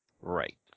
Right